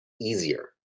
easier